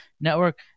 network